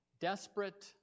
Desperate